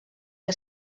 que